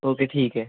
okay ठीक ऐ